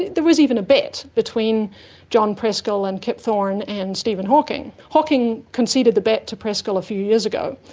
there was even a bet between john preskill, and kip thorne and stephen hawking. hawking conceded the bet to preskill a few years ago,